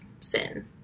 sin